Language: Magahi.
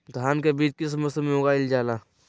धान के बीज किस मौसम में उगाईल जाला?